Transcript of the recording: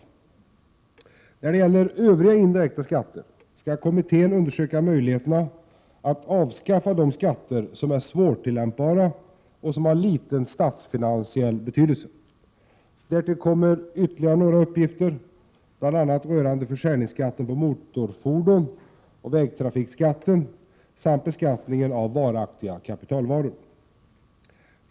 När det gäller övriga indirekta skatter skall kommittén undersöka möjligheterna att avskaffa de skatter som är svårtillämpbara och som har liten statsfinansiell betydelse. Därtill kommer ytterligare några uppgifter, bl.a. rörande försäljningsskatten på motorfordon och vägtrafikskatten samt beskattningen av varaktiga kapitalvaror.